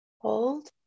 Hold